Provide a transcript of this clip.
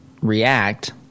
react